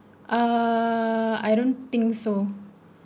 uh I don't think so